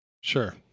Sure